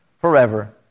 forever